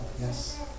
yes